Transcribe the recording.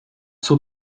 suo